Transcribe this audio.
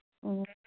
ꯎꯝ